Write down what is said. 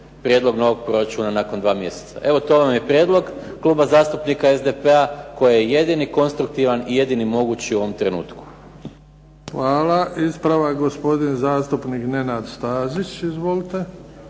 prijedlog novog proračuna nakon dva mjeseca. Evo to vam je prijedlog Kluba zastupnika SDP-a koji je jedini konstruktivan i jedini mogući u ovom trenutku. **Bebić, Luka (HDZ)** Hvala. Ispravak, gospodin zastupnik Nenad Stazić. Izvolite.